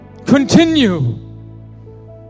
Continue